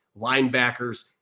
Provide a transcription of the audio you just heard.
linebackers